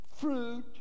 fruit